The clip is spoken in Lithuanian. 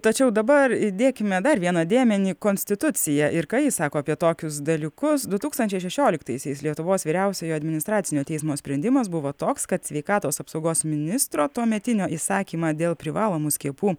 tačiau dabar įdėkime dar vieną dėmenį konstituciją ir ką ji sako apie tokius dalykus du tūkstančiai šešioliktaisiais lietuvos vyriausiojo administracinio teismo sprendimas buvo toks kad sveikatos apsaugos ministro tuometinio įsakymą dėl privalomų skiepų